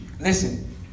Listen